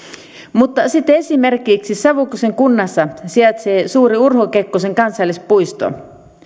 mutta sitten esimerkiksi savukosken kunnassa sijaitsee suuri urho kekkosen kansallispuisto